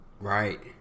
Right